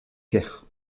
caire